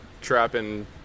trapping